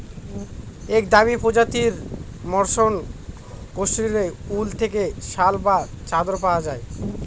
এক দামি প্রজাতির মসৃন কাশ্মীরি উল থেকে শাল বা চাদর পাওয়া যায়